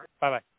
Bye-bye